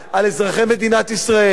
על אזרחי מדינת ישראל,